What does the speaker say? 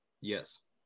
yes